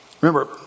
Remember